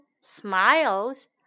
smiles